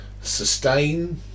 sustain